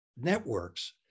networks